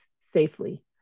safely